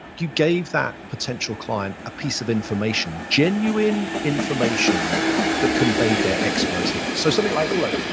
you gave that potential client a piece of information, genuine information that conveyed their expertise so something like, well look,